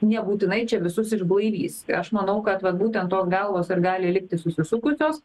nebūtinai čia visus išblaivys aš manau kad vat būtent to galvos ir gali likti susisukusios